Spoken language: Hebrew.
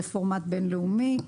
זה פורמט בין-לאומי.